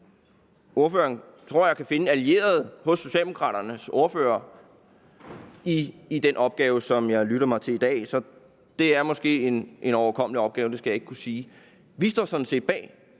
ordføreren kan finde en allieret i Socialdemokraternes ordfører til den opgave, som jeg har lyttet mig til det i dag. Så det er måske en overkommelig opgave, det skal jeg ikke kunne sige. Vi står sådan set bag